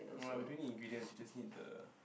no lah we don't need ingredients we just need the